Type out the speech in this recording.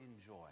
enjoy